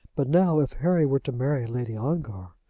but now if harry were to marry lady ongar,